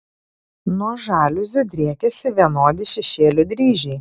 nuo žaliuzių driekiasi vienodi šešėlių dryžiai